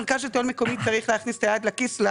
מרכז שלטון מקומי צריך להכניס את היד לכיס,